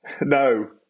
No